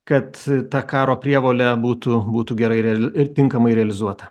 kad ta karo prievolė būtų būtų gerai reali ir tinkamai realizuota